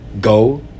go